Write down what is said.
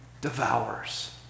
devours